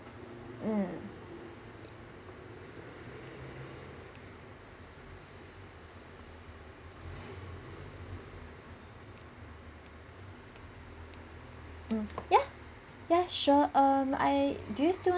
mm ya ya sure um I do you still want